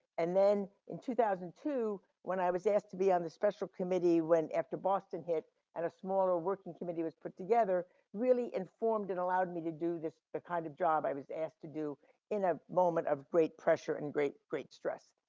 and then in two thousand and two, when i was asked to be on the special committee when after boston hit, and a smaller working committee was put together really informed and allowed me to do this kind of job i was asked to do in a moment of great pressure and great, great stress.